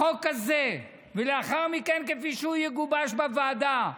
עם החוק הזה, ולאחר מכן כפי שהוא יגובש בוועדה,